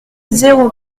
zéro